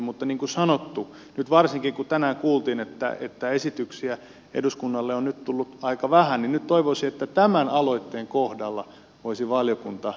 mutta niin kuin sanottu nyt varsinkin kun tänään kuultiin että esityksiä eduskunnalle on nyt tullut aika vähän nyt toivoisi että tämän aloitteen kohdalla voisi valiokunta priorisoida ja ottaa käsittelyyn